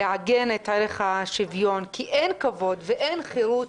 לעגן את ערך השוויון, כי אין כבוד ואין חירות